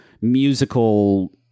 musical